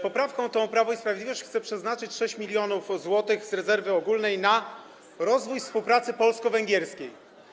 Poprawką tą Prawo i Sprawiedliwość chce przeznaczyć 6 mln zł z rezerwy ogólnej na rozwój współpracy polsko-węgierskiej.